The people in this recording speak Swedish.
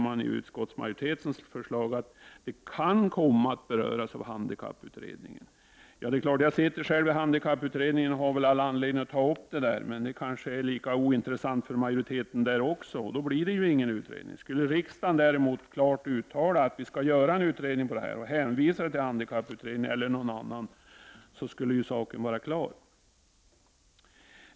I utskottsmajoritetens förslag sägs att den här frågan kan komma att beröras av handikapputredningen. Jag sitter själv i handikapputredningen och har väl all anledning att ta upp den frågan i utredningen. Men den är kanske lika ointressant också för majoriteten där, och då blir det ingen utredning. Skulle riksdagen däremot klart uttala att en utredning skall göras och hänvisa frågan till handikapputredningen eller någon annan utredning skulle saken vara klar.